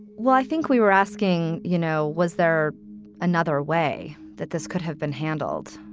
well, i think we were asking, you know, was there another way that this could have been handled?